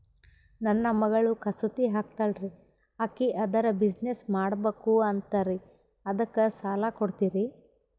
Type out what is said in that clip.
ನನ್ನ ಮಗಳು ಕಸೂತಿ ಹಾಕ್ತಾಲ್ರಿ, ಅಕಿ ಅದರ ಬಿಸಿನೆಸ್ ಮಾಡಬಕು ಅಂತರಿ ಅದಕ್ಕ ಸಾಲ ಕೊಡ್ತೀರ್ರಿ?